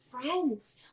friends